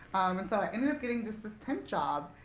and so i ended up getting just this temp job.